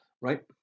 Right